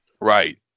Right